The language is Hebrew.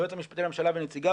היועץ המשפטי לממשלה ונציגיו,